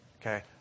Okay